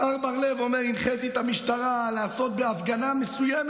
השר בר לב אומר: הנחיתי את המשטרה לעשות בהפגנה מסוימת,